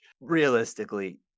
realistically –